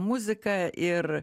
muziką ir